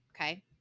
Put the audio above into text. Okay